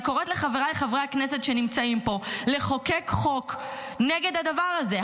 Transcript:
אני קוראת לחבריי חברי הכנסת שנמצאים פה לחוקק חוק נגד הדבר הזה.